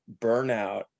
burnout